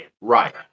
right